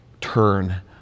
turn